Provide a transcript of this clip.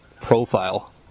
Profile